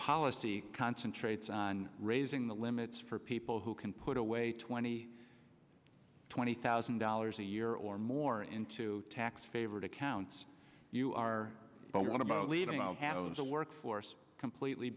policy concentrates on raising the limits for people who can put away twenty twenty thousand dollars a year or more into tax favored accounts you are going about leaving the workforce completely